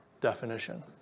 definition